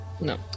No